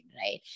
right